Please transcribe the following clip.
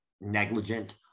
negligent